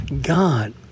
God